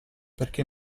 perché